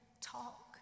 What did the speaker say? talk